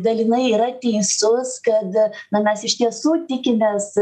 dalinai yra teisus kad na mes iš tiesų tikimės